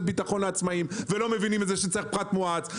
ביטחון לעצמאים ולא מבינים שצריך פחת מואץ,